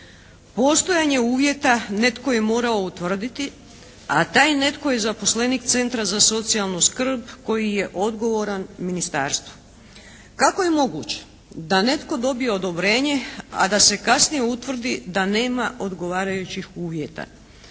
Postojanje uvjeta netko je morao utvrditi a taj netko je zaposlenik Centra za socijalnu skrb koji je odgovoran ministarstvu. Kako je moguće da netko dobije odobrenje a da se kasnije utvrdi da nema odgovarajućih uvjeta.